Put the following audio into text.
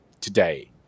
today